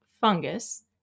fungus